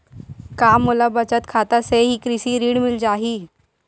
का मोला बचत खाता से ही कृषि ऋण मिल जाहि?